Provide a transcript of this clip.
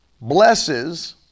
blesses